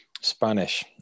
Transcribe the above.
Spanish